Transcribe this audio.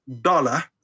dollar